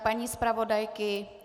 Paní zpravodajky?